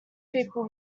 people